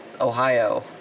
Ohio